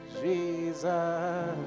Jesus